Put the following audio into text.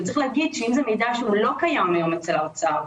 צריך לומר שאם זה מידע שלא קיים היום אצל האוצר,